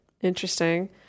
Interesting